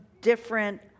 different